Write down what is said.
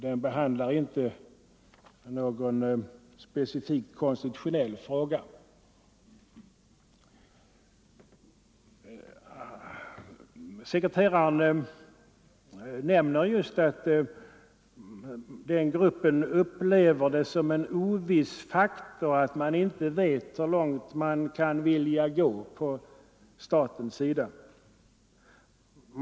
Den behandlar inte någon specifik konstitutionell fråga. Sekreteraren nämner just att arbetsgruppen upplever det som en oviss faktor att inte veta hur långt man kan vilja gå från statens sida.